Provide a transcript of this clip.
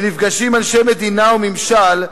שנפגשים עם אנשי מדינה וממשל,